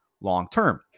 long-term